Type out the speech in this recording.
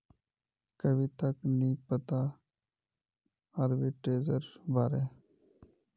कविताक नी पता आर्बिट्रेजेर बारे